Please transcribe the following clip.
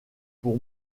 pour